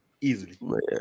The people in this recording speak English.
Easily